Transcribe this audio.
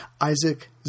Isaac